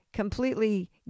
completely